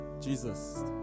Jesus